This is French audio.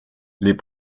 les